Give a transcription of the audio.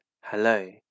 hello